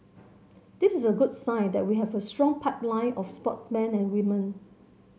this is a good sign that we have a strong pipeline of sportsmen and women